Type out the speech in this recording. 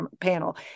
panel